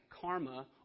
karma